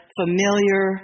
familiar